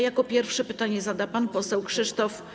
Jako pierwszy pytanie zada pan poseł Krzysztof.